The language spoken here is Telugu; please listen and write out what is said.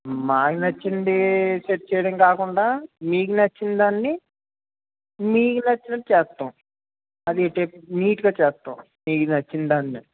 మాకు నచ్చింది సెట్ చేయడం కాకుండా మీకు నచ్చిందాన్ని మీకు నచ్చినట్టు చేస్తాం అది నీట్ గా చేస్తాం మీకు నచ్చిందాన్ని